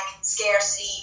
scarcity